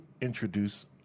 introduce